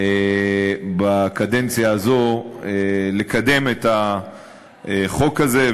בקדנציה הזאת לקדם את החוק הזה.